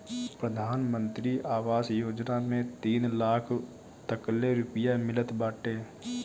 प्रधानमंत्री आवास योजना में तीन लाख तकले रुपिया मिलत बाटे